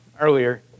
earlier